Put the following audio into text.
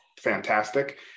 fantastic